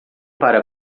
para